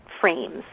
frames